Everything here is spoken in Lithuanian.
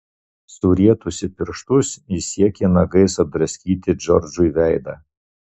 surietusi pirštus ji siekė nagais apdraskyti džordžui veidą